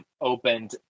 opened